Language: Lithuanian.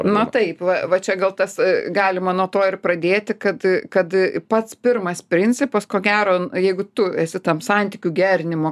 na taip va va čia gal tas galima nuo to ir pradėti kad kad pats pirmas principas ko gero jeigu tu esi tam santykių gerinimo